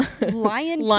lion